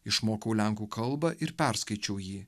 išmokau lenkų kalbą ir perskaičiau jį